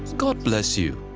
god bless you.